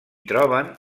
troben